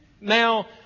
now